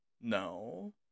No